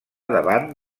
davant